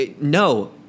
no